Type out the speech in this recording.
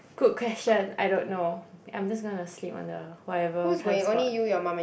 good question I don't know I'm just gonna sleep on the whatever transport